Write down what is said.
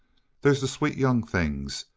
there's the sweet young things,